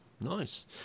Nice